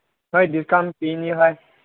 ꯅꯣꯏꯗꯤ ꯏꯆꯥꯅꯨꯄꯤ ꯑꯅꯤ ꯂꯩ